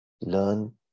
Learn